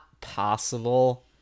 possible